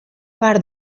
part